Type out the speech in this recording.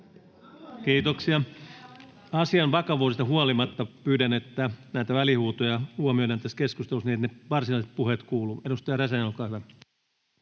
Kiitoksia. — Asian vakavuudesta huolimatta pyydän, että näitä välihuutoja huomioidaan tässä keskustelussa niin, että varsinaiset puheet kuuluvat. — Edustaja Räsänen, olkaa hyvä.